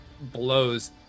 blows